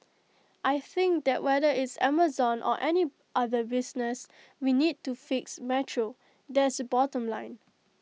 I think that whether it's Amazon or any other business we need to fix metro that's the bottom line